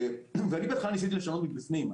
אני בהתחלה ניסיתי לשנות מבפנים.